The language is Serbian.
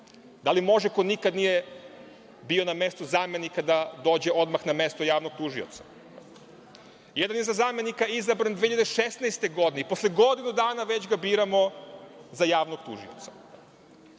Da li može neko ko nikad nije bio na mestu zamenika da dođe odmah na mesto javnog tužioca? Jedan je za zamenika izabran 2016. godine i posle godinu dana već ga biramo za javnog tužioca. Hteo